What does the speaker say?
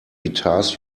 guitars